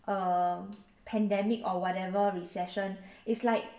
err pandemic or whatever recession is like